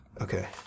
Okay